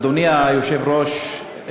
אדוני היושב-ראש,